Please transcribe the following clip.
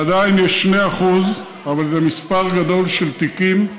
עדיין יש 2% אבל זה מספר גדול של תיקים,